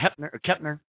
Kepner